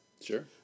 Sure